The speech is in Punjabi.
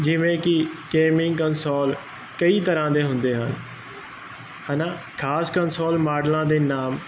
ਜਿਵੇਂ ਕਿ ਗੇਮਿੰਗ ਕਨਸੋਲ ਕਈ ਤਰ੍ਹਾਂ ਦੇ ਹੁੰਦੇ ਹਨ ਹਨਾ ਖਾਸ ਕਨਸੋਲ ਮਾਡਲਾਂ ਦੇ ਨਾਮ